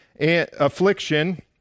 affliction